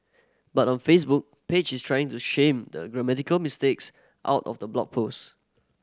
but on Facebook page is trying to shame the grammatical mistakes out of the blog post